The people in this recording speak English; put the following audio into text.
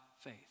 faith